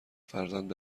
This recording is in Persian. فرزند